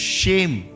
shame